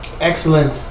Excellent